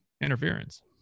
interference